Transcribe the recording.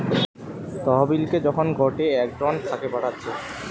তহবিলকে যখন গটে একউন্ট থাকে পাঠাচ্ছে